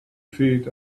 feet